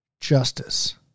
justice